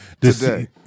today